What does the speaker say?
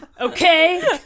Okay